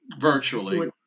Virtually